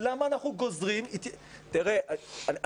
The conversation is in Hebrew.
דרך אגב, אני